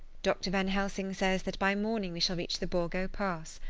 dr. van helsing says that by morning we shall reach the borgo pass.